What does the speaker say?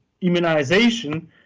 immunization